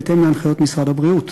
בהתאם להנחיות משרד הבריאות.